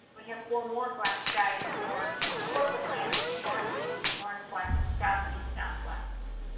we have four more guides guides for corporate lands, northeast, northwest, southeast, southwest.